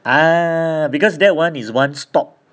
ah because that [one] is one stop